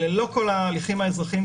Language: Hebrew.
אלה לא כל ההליכים האזרחיים,